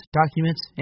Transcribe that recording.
documents